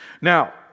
Now